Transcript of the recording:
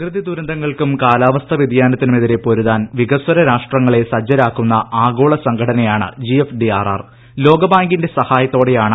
പ്രകൃതി ദുരന്തങ്ങൾക്കും കാലാവസ്ഥാ വൃതിയാനത്തിനുമെതിരെ പൊരുതാൻ വികസ്വര രാഷ്ട്രങ്ങളെ സജ്ജരാക്കുന്ന ആഗോള സംഘടനയാണ് ലോകബാങ്കിന്റെ സഹായത്തോടെയാണ് ജി